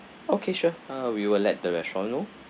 okay sure uh we will let the restaurant know